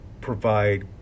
provide